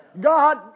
God